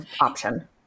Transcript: option